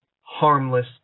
harmless